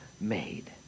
made